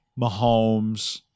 Mahomes